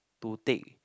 to take